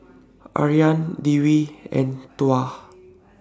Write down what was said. Aryan Dwi and Tuah